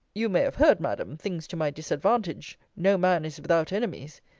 you may have heard, madam, things to my disadvantage. no man is without enemies.